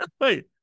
Wait